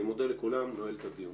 אני מודה לכולם ונועל את הדיון.